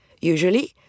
Usually